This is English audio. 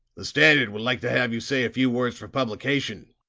the standard would like to have you say a few words for publication,